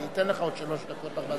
אני אתן לך עוד שלוש דקות, ארבע דקות.